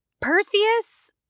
perseus